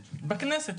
בכנסת,